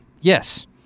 Yes